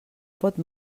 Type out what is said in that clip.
pot